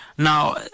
Now